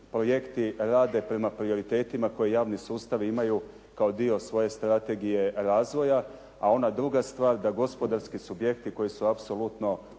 projekti rade prema prioritetima koji javni sustavi imaju kao dio svoje strategije razvoja, a ona druga stvar da gospodarski subjekti koji su apsolutno